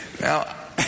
Now